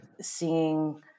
Seeing